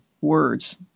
words